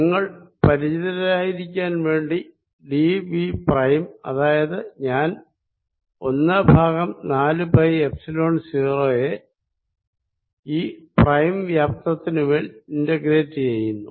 നിങ്ങൾ പരിചിതരായിരിക്കുവാൻ വേണ്ടി ഡിവി പ്രൈം അതായത് ഞാൻ ഒന്ന് ഭാഗം നാല് പൈ എപ്സിലോൺ 0 നെ പ്രൈം വ്യാപ്തത്തിനു മേൽ ഇന്റഗ്രേറ്റ് ചെയ്യുന്നു